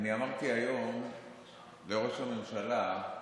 אמרתי היום לראש הממשלה,